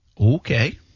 Okay